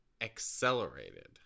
accelerated